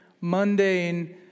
mundane